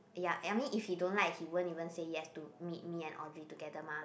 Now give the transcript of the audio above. ya I mean if he don't like he won't even say yes to meet me and all be together mah